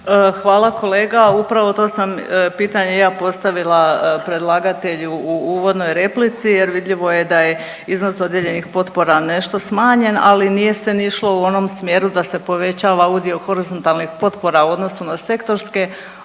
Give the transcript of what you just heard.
Hvala kolega. Upravo to sam pitanje i ja postavila predlagatelju u uvodnoj replici jer vidljivo je da je iznos dodijeljenih potpora nešto smanjen, ali nije se ni išlo u onom smjeru da se povećava udio horizontalnih potpora u odnosu na sektorske,